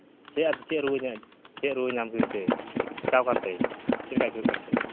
ᱪᱮᱫ ᱪᱮᱫ ᱨᱩᱣᱟᱹ ᱧᱟᱢᱮᱫ ᱯᱮᱭᱟ ᱪᱮᱫ ᱨᱩᱣᱟᱹ ᱧᱟᱢ ᱠᱮᱫᱮ ᱛᱮ ᱪᱮᱠᱟ ᱪᱮᱠᱟᱣ ᱟᱠᱟᱱᱛᱮᱭ ᱪᱮᱫ ᱞᱮᱠᱟᱭ ᱟᱹᱭᱠᱟᱹᱣᱮᱫ ᱠᱟᱱᱛᱮ